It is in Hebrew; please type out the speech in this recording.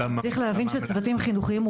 צריך להבין שצוותים חינוכיים הם